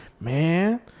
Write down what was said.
Man